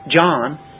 John